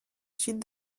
sud